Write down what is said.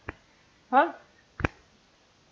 !huh!